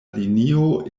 linio